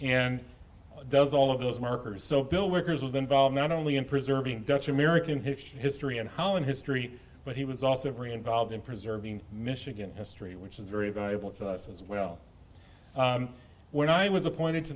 and does all of those markers so bill workers was involved not only in preserving dutch american history history and home and history but he was also very involved in preserving michigan history which is very valuable to us as well when i was appointed to